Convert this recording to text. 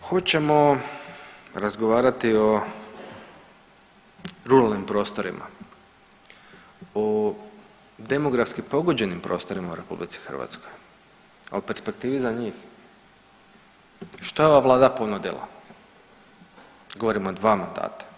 Hoćemo razgovarati o ruralnim prostorima, o demografski pogođenim prostorima u RH, o perspektivi za njih što je ova vlada ponudila, govorimo o dva mandata?